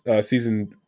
season